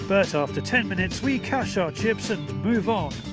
but after ten minutes we cash our chips and move on.